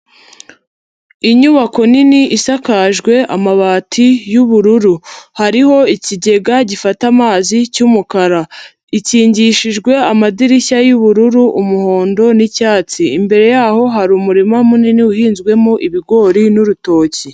Inyubako nini isakajwe amabati y'ubururu hariho ikigega gifata amazi cy'umukara, ikingishijwe amadirishya y'ubururu, umuhondo n'icyatsi, imbere yaho hari umurima munini uhinzwemo ibigori n'urutoki.